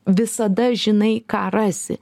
visada žinai ką rasi